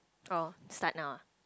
oh start now ah